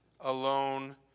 alone